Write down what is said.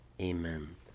Amen